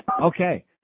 Okay